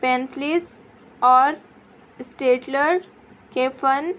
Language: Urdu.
پینسلس اور اسٹیٹلر کے فن